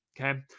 Okay